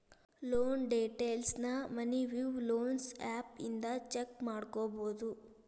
loan ಡೇಟೈಲ್ಸ್ನ Money View loans app ಇಂದ check ಮಾಡ್ಕೊಬೋದು